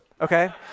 Okay